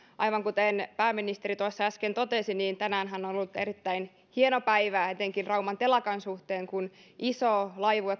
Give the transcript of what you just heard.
aivan kuten pääministeri tuossa äsken totesi tänäänhän on ollut erittäin hieno päivä etenkin rauman telakan suhteen kun iso laivue